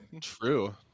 True